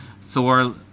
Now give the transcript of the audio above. Thor